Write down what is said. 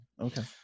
Okay